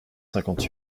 cinquante